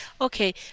Okay